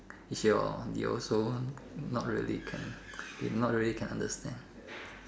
is your you also want not really can they not really can understand